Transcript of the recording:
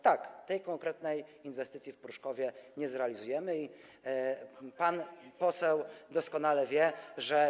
Tak, tej konkretnej inwestycji w Pruszkowie nie zrealizujemy i pan poseł doskonale wie, że.